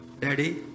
Daddy